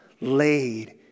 laid